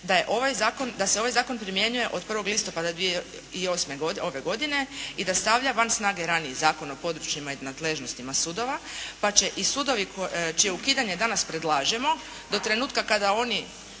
da se ovaj zakon primjenjuje od 1. listopada ove godine i da stavlja van snage raniji Zakon o područjima i nadležnostima sudova pa će i sudovi čije ukidanje danas predlažemo do trenutka kada oni